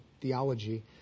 theology